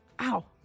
ow